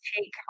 take